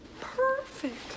Perfect